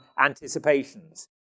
anticipations